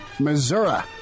Missouri